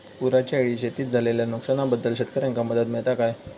पुराच्यायेळी शेतीत झालेल्या नुकसनाबद्दल शेतकऱ्यांका मदत मिळता काय?